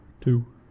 Two